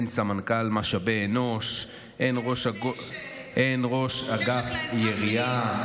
אין סמנכ"ל משאבי אנוש, אין ראש אגף ירייה.